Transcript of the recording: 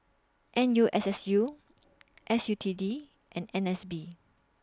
N U S S U S U T D and N S B